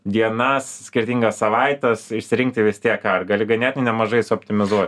dienas skirtingas savaites išsirinkti vis tiek ką gali ganėtinai nemažai suoptimizuot